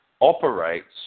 operates